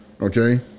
Okay